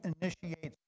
initiates